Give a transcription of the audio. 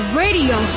radio